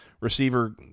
receiver